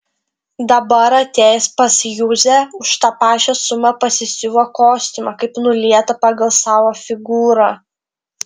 dabar atėjęs pas juzę už tą pačią sumą pasisiuvo kostiumą kaip nulietą pagal savo figūrą